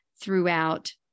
throughout